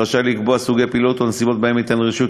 רשאי לקבוע סוגי פעילויות או נסיבות שבהן יינתן רישיון